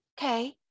Okay